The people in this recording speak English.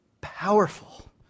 powerful